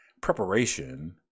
preparation